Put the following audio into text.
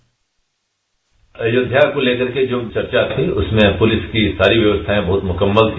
bite Ayodhya को लेकर जो चर्चा थी उसमें पुलिस की सारी व्यवस्थाएं बहुत मुक्कमल थी